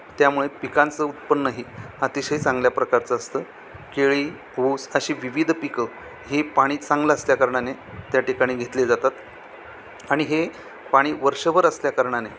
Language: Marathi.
त्यामुळे पिकांचं उत्पन्नही अतिशय चांगल्या प्रकारचं असतं केळी ऊस अशी विविध पिकं ही पाणी चांगलं असल्याकारणाने त्या ठिकाणी घेतले जातात आणि हे पाणी वर्षभर असल्याकारणाने